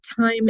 time